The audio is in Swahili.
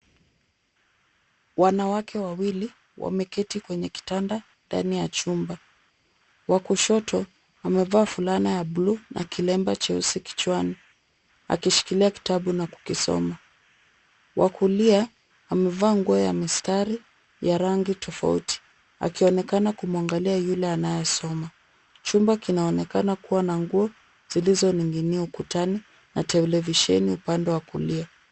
Wanawake wawili wameketi kwenye kitanda ndani ya chumba, wa kushoto ambao fulana ya buluu na kilemba cheusi kichwani, akishikilia kitabu na kukisoma. Wa kulia, amevaa nguo ya mistari, ya rangi tofauti, akionekana kumuangalia yule anayesoma. Chumba kinaonekana kuwa na nguo zilizoning'inia ukutani, na televisheni upande wa kulia.